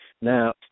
Now